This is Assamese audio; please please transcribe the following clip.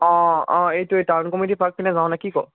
অঁ অঁ এইটোৱেই টাউন কমিটী পাৰ্কপিনে যাওঁ নে কি কও